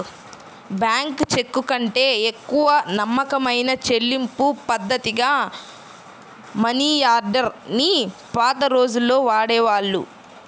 bank చెక్కుకంటే ఎక్కువ నమ్మకమైన చెల్లింపుపద్ధతిగా మనియార్డర్ ని పాత రోజుల్లో వాడేవాళ్ళు